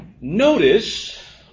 Notice